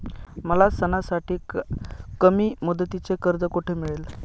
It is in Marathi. मला सणासाठी कमी मुदतीचे कर्ज कोठे मिळेल?